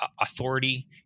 authority